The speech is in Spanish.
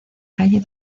calle